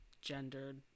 gendered